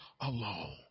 alone